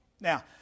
Now